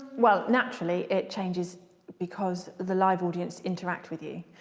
well naturally it changes because the live audience interact with you.